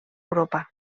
europa